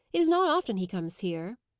it is not often he comes here.